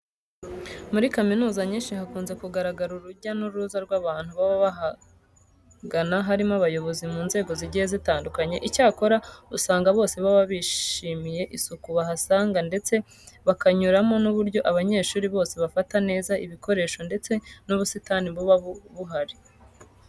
Muri kaminuza nyinshi hakunze kugaragara urujya n'uruza rw'abantu baba bahagana harimo abayobozi mu nzego zigiye zitandukanye. Icyakora usanga bose baba bishimiye isuku bahasanga ndetse bakanyurwa n'uburyo abanyeshuri bose bafata neza ibikoresho ndetse n'ubusitani buba buhari.